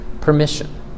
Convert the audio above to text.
permission